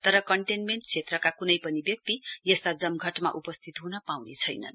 तर कन्टेन्मेण्ट क्षेत्रका कुनै पनि व्यक्ति यस्ता जमघटमा उपस्थित हुन पाउने छैनन्